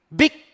big